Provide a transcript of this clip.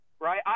right